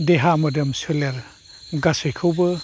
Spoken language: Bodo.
देहा मोदोम सोलेर गासैखौबो